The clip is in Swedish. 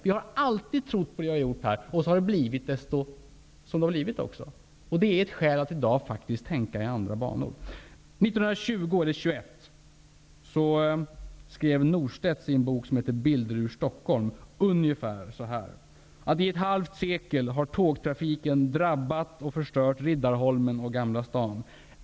Vi här har alltid trott på det vi har gjort, men det har också blivit som det blivit. Det är ett skäl till att i dag faktiskt tänka i andra banor. Stockholm'' ungefär så här: I ett halvt sekel har tågtrafiken drabbat och förstört Riddarholmen och Gamla stan.